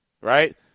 right